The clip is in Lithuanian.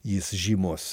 jis žymus